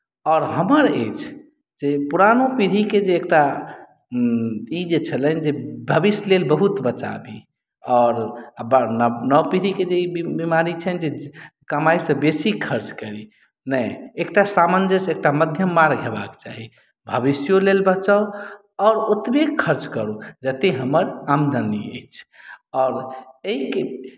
आओर हमर अछि जे पुरानो पीढ़ीकेँ जे एकटा ई जे छलनि भविष्य लेल बहुत बचाबी आओर नव नव पीढ़ीकेँ ई बीमारी छनि जे कमाइसँ बेसी खर्च करी नहि एकटा सामञ्जस्य एकटा मध्यम मार्ग होयबाक चाही भविष्यो लेल बचाउ आओर ओतबे खर्च करू जतेक हमर आमदनी अछि आओर एहिके